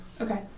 Okay